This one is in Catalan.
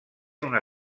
una